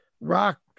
rock